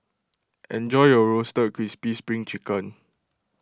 enjoy your Roasted Crispy Spring Chicken